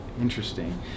Interesting